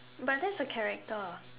but that's a character